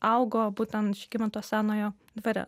augo būtent žygimanto senojo dvare